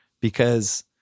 because-